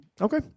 Okay